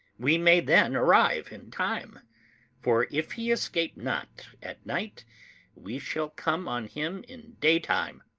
we may then arrive in time for if he escape not at night we shall come on him in daytime,